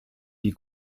die